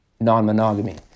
non-monogamy